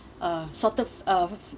uh salted uh